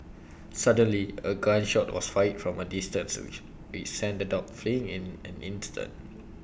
suddenly A gun shot was fired from A distance which sent the dogs fleeing in an instant